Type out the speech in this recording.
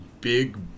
big